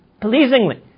pleasingly